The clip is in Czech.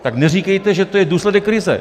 Tak neříkejte, že to je důsledek krize.